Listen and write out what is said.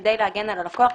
כדי להגן על הלקוח,